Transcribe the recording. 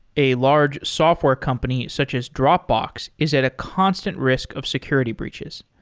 a large software companies such as dropbox is at a constant risk of security breaches.